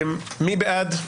מי בעד?